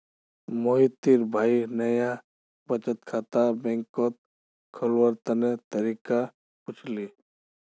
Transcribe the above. मोहितेर भाई नाया बचत खाता बैंकत खोलवार तने तरीका पुछले